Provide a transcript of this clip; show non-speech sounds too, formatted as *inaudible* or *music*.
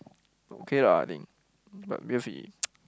okay lah I think but because he *noise*